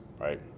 right